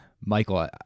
michael